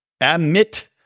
admit